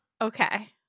Okay